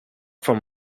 from